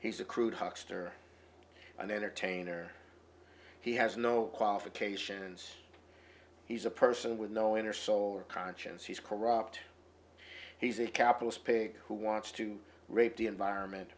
he's a crude huckster an entertainer he has no qualifications he's a person with no inner soul conscience he's corrupt he's a capitalist pig who wants to rape the environment